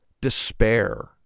despair